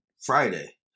Friday